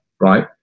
Right